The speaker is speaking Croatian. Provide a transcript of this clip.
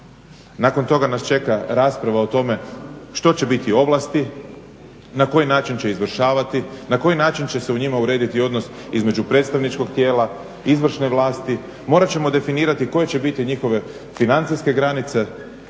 nakon toga nas čeka rasprava o tome što će biti ovlasti, na koji način će izvršavati, na koji način će se u njima urediti odnos između predstavničkog tijela, izvršne vlasti, morat ćemo definirati koje će biti njihove financijske granice.